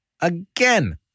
again